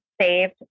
saved